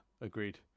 agreed